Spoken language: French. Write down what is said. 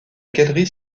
galerie